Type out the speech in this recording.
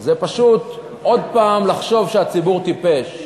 זה פשוט עוד פעם לחשוב שהציבור טיפש.